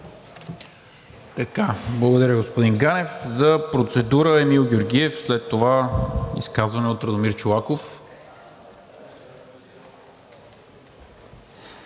Благодаря, господин Ганев. За процедура – Емил Георгиев. След това изказване от Радомир Чолаков.